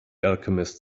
alchemist